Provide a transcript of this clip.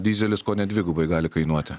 dyzelis kone dvigubai gali kainuoti